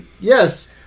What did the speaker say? Yes